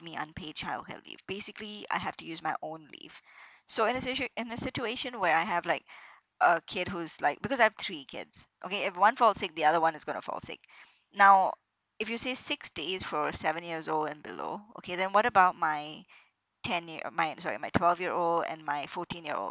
me unpaid childcare leave basically I have to use my own leave so in this situ~ in this situation where I have like a kid who's like because I have three kids okay if one falls sick the other one is gonna fall sick now if you say six days for seven years old and below okay then what about my ten year my sorry my twelve year old and my fourteen year old